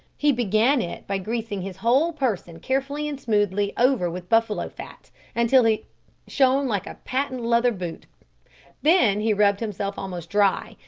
he began it by greasing his whole person carefully and smoothly over with buffalo-fat, until he shone like a patent leather boot then he rubbed himself almost dry,